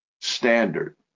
standard